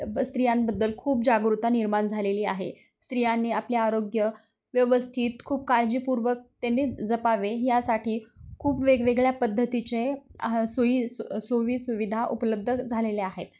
ब स्त्रियांबद्दल खूप जागरुकता निर्माण झालेली आहे स्त्रियांनी आपले आरोग्य व्यवस्थित खूप काळजीपूर्वक त्यांनी जपावे यासाठी खूप वेगवेगळ्या पद्धतीचे आ हा सोयी सु सोयी सुुविधा उपलब्ध झालेल्या आहेत